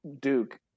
Duke